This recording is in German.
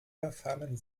verfallen